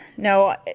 No